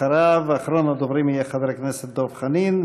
אחריו אחרון הדוברים יהיה חבר הכנסת דב חנין,